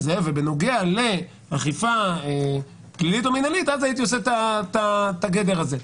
ובנוגע לאכיפה פלילית או מנהלית הייתי עושה את הגדר הזה.